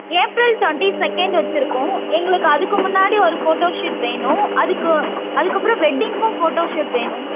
April twenty second வச்சிருக்கோம் எங்களுக்கு அதுக்கு முன்னாடி ஒரு ஃபோட்டோ ஷூட் வேணும் அதுக்கு அதுக்கப்புறம் வெட்டிங்க்கும் ஃபோட்டோ ஷூட் வேணும்